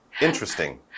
Interesting